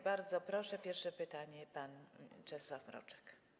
Bardzo proszę, pierwsze pytanie - pan Czesław Mroczek.